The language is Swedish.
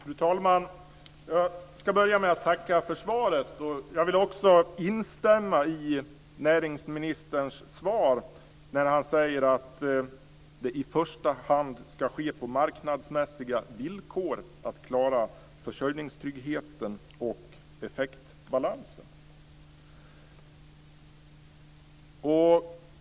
Fru talman! Jag ska börja med att tacka för svaret. Jag vill också instämma i näringsministerns svar när han säger att försörjningstryggheten och effektbalansen i första hand ska säkras på marknadsmässiga villkor.